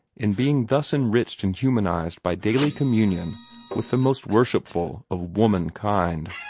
in being thus enriched and humanized by daily communion with the most worshipful of womankind.